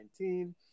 2019